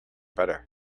better